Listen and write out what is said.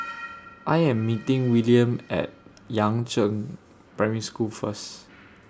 I Am meeting Willaim At Yangzheng Primary School First